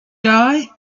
die